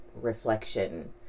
reflection